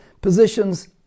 positions